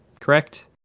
correct